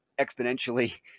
exponentially